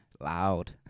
loud